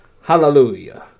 Hallelujah